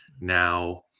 Now